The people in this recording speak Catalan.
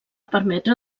permetre